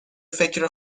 فکر